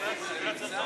לוועדת הפנים.